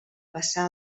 passar